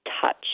touch